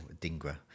Dingra